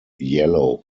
yellow